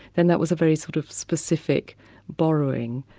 then that was a very sort of specific borrowing.